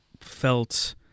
felt